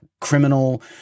criminal